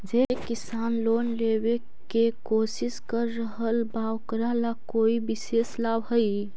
जे किसान लोन लेवे के कोशिश कर रहल बा ओकरा ला कोई विशेष लाभ हई?